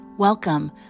Welcome